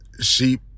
Sheep